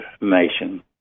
nation